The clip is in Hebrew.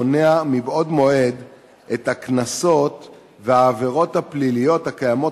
מונע מבעוד מועד את הקנסות והעבירות הפליליות הקיימות